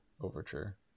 overture